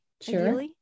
Sure